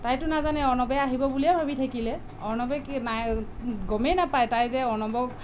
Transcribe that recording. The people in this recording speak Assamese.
তাইতো নাজানে অৰ্ণৱে আহিব বুলিয়ে ভাবি থাকিলে অৰ্ণৱে কি নাই গমেই নাপাই তাই যে অৰ্ণৱক